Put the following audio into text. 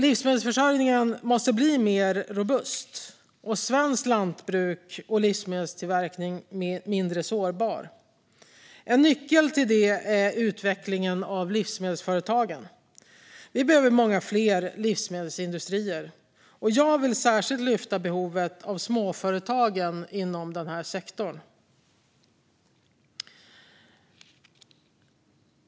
Livsmedelsförsörjningen måste bli mer robust, och sårbarheten måste minska i svenskt lantbruk och svensk livsmedelstillverkning. En nyckel till detta är utvecklingen av livsmedelsföretagen. Vi behöver många fler livsmedelsindustrier, och jag vill särskilt lyfta behovet av småföretagen inom den här sektorn.